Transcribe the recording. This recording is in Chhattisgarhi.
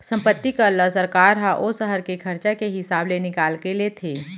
संपत्ति कर ल सरकार ह ओ सहर के खरचा के हिसाब ले निकाल के लेथे